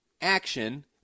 action